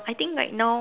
I think right now